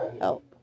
help